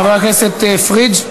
חבר הכנסת פריג'?